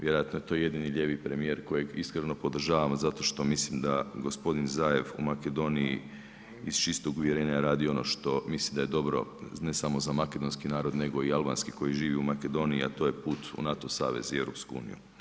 Vjerojatno je to jedini lijevi premijer kojeg iskreno podržavam zato što mislim da gospodin Zaev u Makedoniji iz čistog uvjerenja radio ono što misli da je dobro ne samo za Makedonski narod nego i za Albanski koji živi u Makedoniji, a to je put u NATO savez i EU.